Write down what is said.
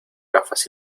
gafas